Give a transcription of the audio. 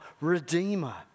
redeemer